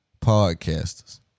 podcasters